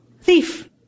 thief